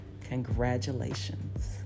congratulations